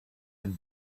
and